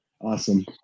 Awesome